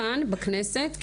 כאן בכנסת,